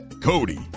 Cody